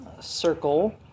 circle